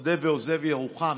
מודה ועוזב ירוחם.